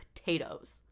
potatoes